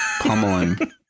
pummeling